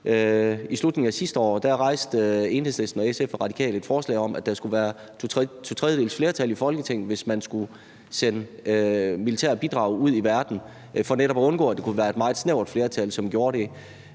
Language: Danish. i slutningen af sidste år – rejste Enhedslisten, SF og Radikale et forslag om, at der skulle være to tredjedeles flertal i Folketinget, hvis man skulle sende militære bidrag ud i verden, for netop at undgå, at det kunne være et meget snævert flertal, som gjorde det.